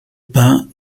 peint